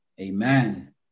Amen